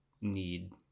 need